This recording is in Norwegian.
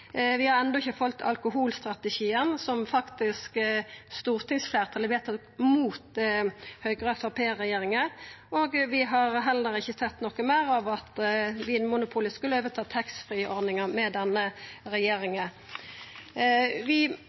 vi har enno ikkje fått alkoholstrategien, som stortingsfleirtalet faktisk vedtok mot Høgre–Framstegsparti-regjeringa, og vi har heller ikkje sett noko meir av at Vinmonopolet skulle overta taxfree-ordninga med denne regjeringa. Vi